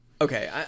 okay